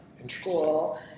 school